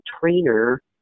trainer